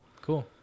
Cool